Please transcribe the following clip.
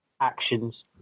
actions